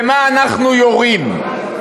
במה אנחנו יורים?